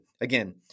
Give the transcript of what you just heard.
again